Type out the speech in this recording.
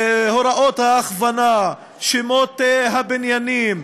הוראות ההכוונה, שמות הבניינים,